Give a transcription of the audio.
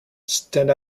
stand